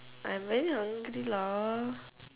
I'm very hungry lah